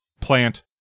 Plant